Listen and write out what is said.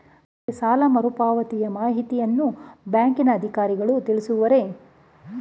ನನಗೆ ಸಾಲ ಮರುಪಾವತಿಯ ಮಾಹಿತಿಯನ್ನು ಬ್ಯಾಂಕಿನ ಅಧಿಕಾರಿಗಳು ತಿಳಿಸುವರೇ?